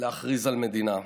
להכריז על מדינה.